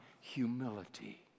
humility